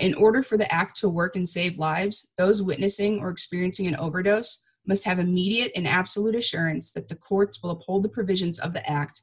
in order for the act to work and save lives those witnessing or experiencing an overdose must have immediate an absolute assurance that the courts will uphold the provisions of the act